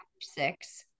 six